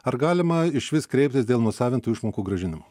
ar galima išvis kreiptis dėl nusavintų išmokų grąžinimo